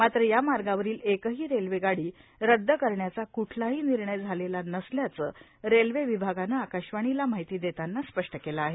मात्र या मार्गावरील एकही रेल्वे गाडी रद्द करण्याचा क्ठलाही निर्णय झालेला नसल्याचे रेल्वे विभागानं आकाशवाणीला माहिती देतांना स्पष्ट केलं आहे